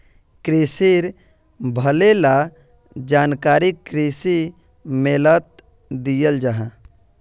क्रिशिर भले ला जानकारी कृषि मेलात दियाल जाहा